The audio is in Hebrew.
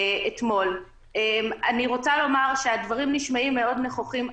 אני רוצה לומר שהדברים נשמעים מאוד נכוחים,